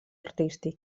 artístic